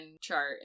chart